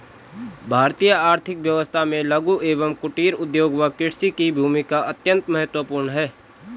भारतीय आर्थिक व्यवस्था में लघु एवं कुटीर उद्योग व कृषि की भूमिका अत्यंत महत्वपूर्ण है